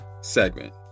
segment